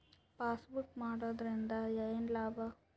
Passbook ಮಾಡುದರಿಂದ ಏನು ಲಾಭ?